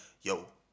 yo